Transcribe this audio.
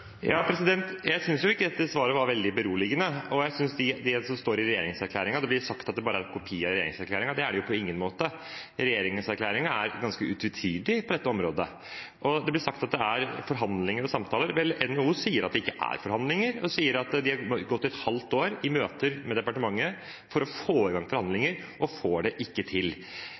ikke dette svaret var veldig beroligende. Det blir sagt at det bare er en kopi av regjeringserklæringen. Det er det på ingen måte. Regjeringserklæringen er ganske utvetydig på dette området. Det blir sagt at det er forhandlinger og samtaler. Vel, NHO sier at det ikke er forhandlinger, og sier at de har gått et halvt år i møter med departementet for å få i gang forhandlinger, og får det ikke til.